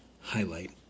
highlight